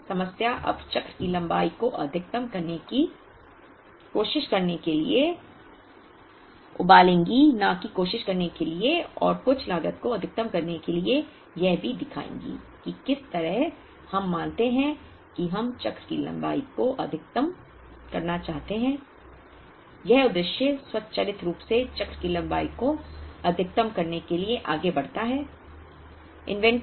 इसलिए समस्या अब चक्र की लंबाई को अधिकतम करने की कोशिश करने के लिए उबालेंगी न कि कोशिश करने के लिए और कुल लागत को अधिकतम करने के लिए यह भी दिखाएगी कि किस तरह हम मानते हैं कि हम चक्र की लंबाई को अधिकतम करना चाहते हैं यह उद्देश्य स्वचालित रूप से चक्र की लंबाई को अधिकतम करने के लिए आगे बढ़ता है